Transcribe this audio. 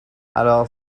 alors